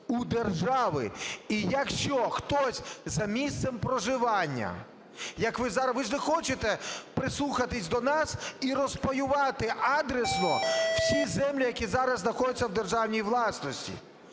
у держави. І якщо хтось за місцем проживання, як ви… ви ж не хочете прислухатись до нас і розпаювати адресно всі землі, які зараз знаходяться в державній власності,